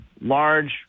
large